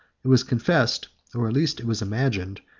it was confessed, or at least it was imagined,